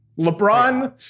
LeBron